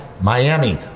Miami